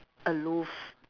aloof